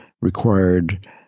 required